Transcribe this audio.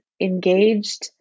engaged